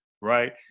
right